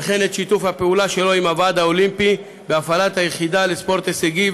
וכן את שיתוף הפעולה שלו עם הוועד האולימפי בהפעלת היחידה לספורט הישגי,